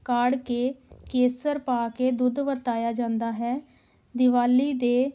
ਕਾੜ ਕੇ ਕੇਸਰ ਪਾ ਕੇ ਦੁੱਧ ਵਰਤਾਇਆ ਜਾਂਦਾ ਹੈ ਦਿਵਾਲੀ ਦੇ